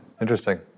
interesting